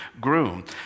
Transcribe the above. groom